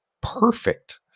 perfect